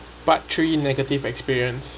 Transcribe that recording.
part three negative experience